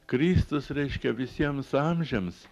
kristus reiškia visiems amžiams